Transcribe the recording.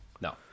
No